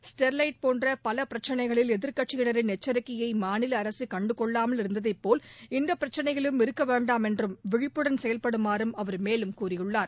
Sterlite போன்ற பல பிரச்சினைகளில் எதிர்க்கட்சியினரின் எச்சரிக்கையை மாநில அரசு கண்டு கொள்ளாமல் இருந்ததை போல் இந்த பிரச்சினையிலும் இருக்க வேண்டாம் என்றும் விழிப்புடன் செயல்படுமாறும் அவர் மேலும் கூறியுள்ளார்